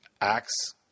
acts